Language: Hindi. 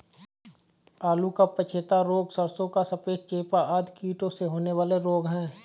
आलू का पछेता रोग, सरसों का सफेद चेपा आदि कीटों से होने वाले रोग हैं